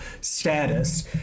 status